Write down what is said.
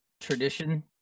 tradition